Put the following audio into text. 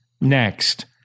next